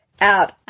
out